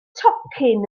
tocyn